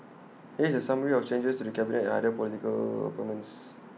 here is the summary of changes to the cabinet and other political appointments